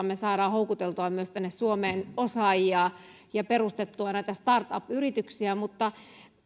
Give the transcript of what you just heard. me saamme houkuteltua myös tänne suomeen osaajia ja perustettua näitä startup yrityksiä mutta